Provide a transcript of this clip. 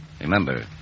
Remember